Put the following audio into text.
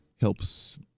helps